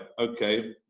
okay